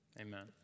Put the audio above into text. Amen